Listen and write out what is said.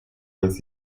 with